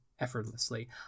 effortlessly